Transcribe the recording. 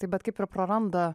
tai bet kaip ir praranda